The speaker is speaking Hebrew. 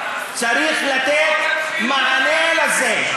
צריך לתת מענה לזה.